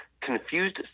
confused